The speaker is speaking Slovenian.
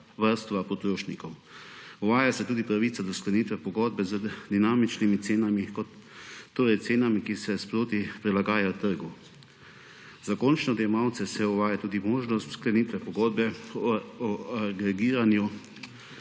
varstva potrošnikov. Uvaja se tudi pravica do uskladitve pogodbe z dinamičnimi cenami, torej cenami, ki se sproti prilagajajo trgu. Za končne odjemalce se uvaja tudi možnost uskladitve pogodbe o agregiranju